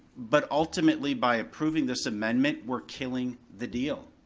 but ultimately by approving this amendment, we're killing the deal.